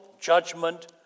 judgment